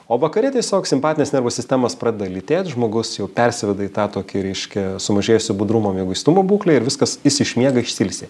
o vakare tiesiog simpatinės nervų sistemos pradeda lytėt žmogus jau persiveda į tą tokį reiškia sumažėjusio budrumo mieguistumo būklę ir viskas jis išmiega išsiilsi